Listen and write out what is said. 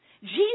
Jesus